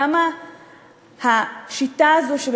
כמה השיטה הזאת,